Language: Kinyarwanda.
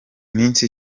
misi